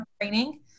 training